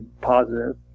positive